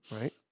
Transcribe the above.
right